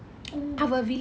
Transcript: oh